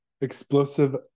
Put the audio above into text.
explosive